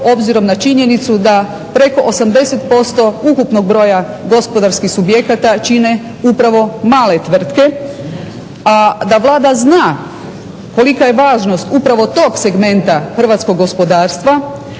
obzirom na činjenicu da preko 80% ukupnog broja gospodarskih subjekata upravo čine male tvrtke, a da Vlada zna kolika je važnost upravo tog segmenta hrvatskog gospodarstva